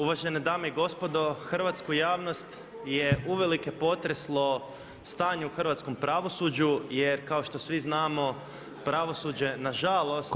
Uvažene dame i gospodo, hrvatsku javnost je uvelike potreslo stanje u hrvatskom pravosuđu jer kao što svi znamo pravosuđe na žalost jest.